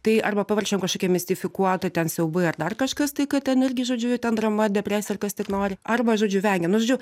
tai arba paverčiam kažkokia mistifikuota ten siaubu ar dar kažkas tai kad ten irgi žodžiu ji ten drama depresija kas tik nori arba žodžiu vengiam nu žodžiu